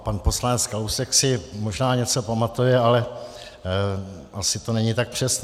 Pan poslanec Kalousek si možná něco pamatuje, ale asi to není tak přesné.